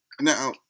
Now